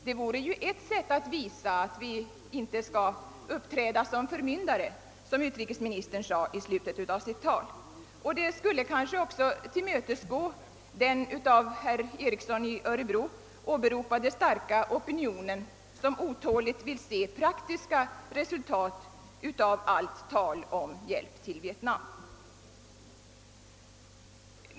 Det vore ju ett sätt att visa att vi inte skall uppträda som förmyndare, såsom utrikesministern sade i slutet av sitt anförande, och det skulle kanske också tillmötesgå den av herr Ericson i Örebro åberopade starka opinionen, som otåligt vill se praktiska resultat av allt tal om hjälp till Vietnam.